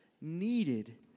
needed